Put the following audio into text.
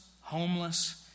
homeless